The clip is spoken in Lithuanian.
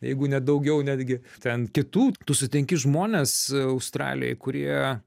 jeigu ne daugiau netgi ten kitų tu sutinki žmones australijoj kurie